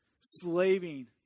slaving